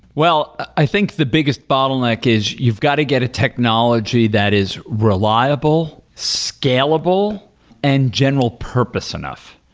well, i think the biggest bottleneck is you've got to get a technology that is reliable, scalable and general-purpose enough.